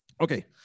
Okay